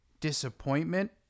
disappointment